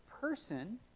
person